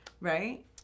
Right